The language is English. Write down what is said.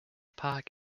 park